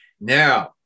Now